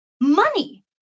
Money